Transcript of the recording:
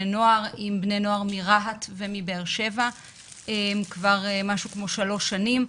נוער עם בני נוער מרהט ומבאר שבע כבר כשלוש שנים,